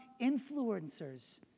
influencers